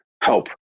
help